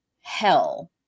hell